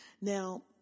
Now